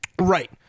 Right